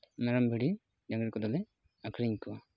ᱢᱮᱨᱚᱢ ᱵᱷᱤᱲᱤ ᱰᱟᱝᱨᱤ ᱠᱚᱫᱚᱞᱮ ᱟᱠᱷᱨᱤᱧ ᱠᱚᱣᱟ